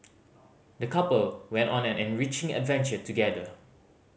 the couple went on an enriching adventure together